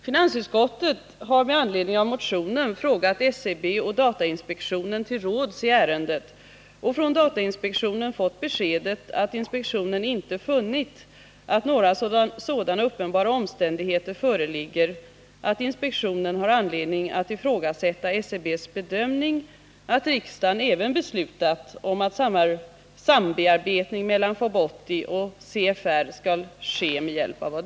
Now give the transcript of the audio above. Finansutskottet har med anledning av motionen frågat SCB och datainspektionen till råds i ärendet och från DI fått beskedet att inspektionen inte funnit ”att några sådana uppenbara omständigheter föreligger att inspektionen har anledning att ifrågasätta SCBs bedömning att riksd beslutat om att sambearbetningen mellan FoB 80 och CFR skall ske med hjälp av ADB”.